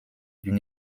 d’une